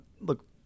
look